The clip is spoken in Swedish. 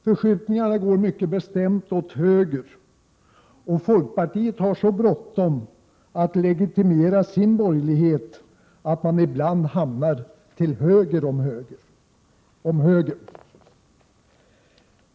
Förskjutningarna går mycket bestämt åt höger, och folkpartiet har så bråttom att legitimera sin borgerlighet att man ibland hamnar till höger om högern!